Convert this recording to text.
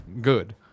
good